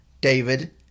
David